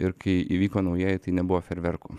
ir kai įvyko naujieji tai nebuvo fejerverkų